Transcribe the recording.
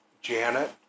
Janet